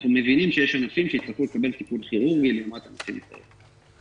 אנחנו מבינים שיש ענפים שיצטרכו לקבל טיפול כירורגי לעומת ענפים אחרים.